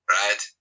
right